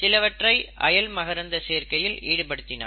சிலவற்றை அயல் மகரந்த சேர்க்கையில் ஈடுபடுத்தினார்